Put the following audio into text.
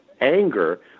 anger